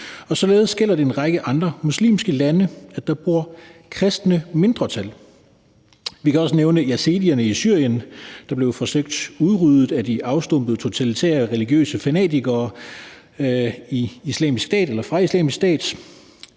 således gælder det i en række andre muslimske lande, at der bor kristne mindretal. Vi kan også nævne yazidierne i Syrien, der blev forsøgt udryddet af de afstumpede, totalitære religiøse fanatikere fra Islamisk Stat.